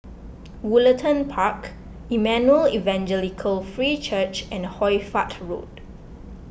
Woollerton Park Emmanuel Evangelical Free Church and Hoy Fatt Road